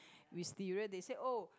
Wisteria they say oh